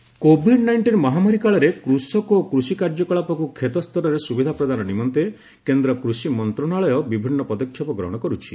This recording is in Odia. ଏଗ୍ରି ମିନ୍ ଫାର୍ମର୍ସ କୋଭିଡ୍ ନାଇଷ୍ଟିନ୍ ମହାମାରୀ କାଳରେ କୃଷକ ଓ କୃଷି କାର୍ଯ୍ୟକଳାପକୁ କ୍ଷେତସ୍ତରରେ ସୁବିଧା ପ୍ରଦାନ ନିମନ୍ତେ କେନ୍ଦ୍ର କୃଷି ମନ୍ତଶାଳୟ ବିଭିନ୍ନ ପଦକ୍ଷେପ ଗ୍ରହଣ କରୁଛି